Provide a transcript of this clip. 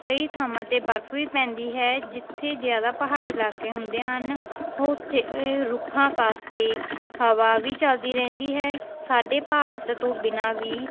ਕਈ ਥਾਵਾਂ 'ਤੇ ਬਰਫ਼ ਵੀ ਪੈਂਦੀ ਹੈ ਜਿੱਥੇ ਜ਼ਿਆਦਾ ਪਹਾੜੀ ਇਲਾਕੇ ਹੁੰਦੇ ਹਨ ਉਹ ਉੱਥੇ ਰੁੱਖਾਂ ਕਰਕੇ ਹਵਾ ਵੀ ਚੱਲਦੀ ਰਹਿੰਦੀ ਹੈ ਸਾਡੇ ਭਾਰਤ ਤੋਂ ਬਿਨਾਂ ਵੀ